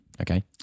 Okay